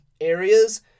areas